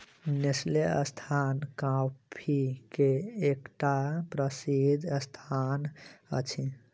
Nestle संस्थान coffee के एकटा प्रसिद्ध संस्थान अछि